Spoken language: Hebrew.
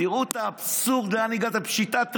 תראו את האבסורד, לאן הגעתם, פשיטת רגל.